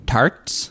Tarts